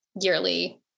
yearly